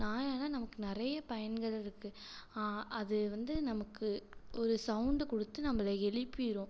நாயால் நமக்கு நிறைய பயன்கள் இருக்குது அது வந்து நமக்கு ஒரு சவுண்டு கொடுத்து நம்மள எழுப்பிரும்